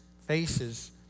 faces